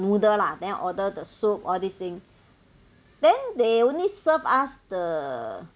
noodle lah then order the soup all these thing then they only serve us the